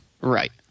Right